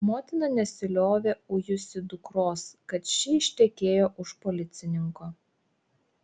motina nesiliovė ujusi dukros kad ši ištekėjo už policininko